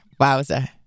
Wowza